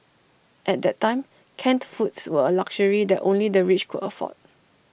at that time canned foods were A luxury that only the rich could afford